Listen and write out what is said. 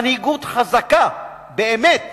מנהיגות חזקה באמת,